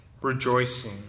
Rejoicing